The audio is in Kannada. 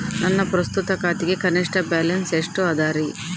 ನನ್ನ ಪ್ರಸ್ತುತ ಖಾತೆಗೆ ಕನಿಷ್ಠ ಬ್ಯಾಲೆನ್ಸ್ ಎಷ್ಟು ಅದರಿ?